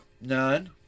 None